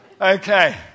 Okay